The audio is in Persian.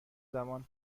زمان